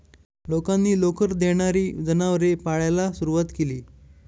लोकांनी लोकर देणारी जनावरे पाळायला सुरवात केली